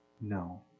No